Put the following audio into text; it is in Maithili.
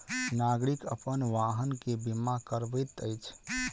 नागरिक अपन वाहन के बीमा करबैत अछि